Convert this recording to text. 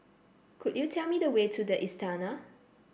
could you tell me the way to the Istana